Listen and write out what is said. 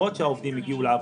למרות שהעובדים הגיעו לעבודה,